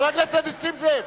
חבר הכנסת נסים זאב.